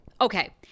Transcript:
Okay